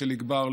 לחיליק בר,